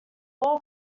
all